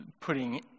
putting